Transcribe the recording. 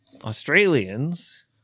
Australians